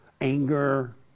anger